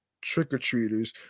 trick-or-treaters